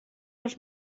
als